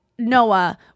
Noah